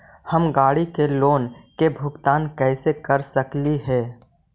हम गाड़ी के लोन के भुगतान कैसे कर सकली हे?